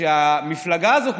שהמפלגה הזאת,